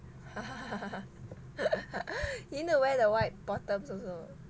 he need to wear the white bottoms also